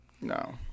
No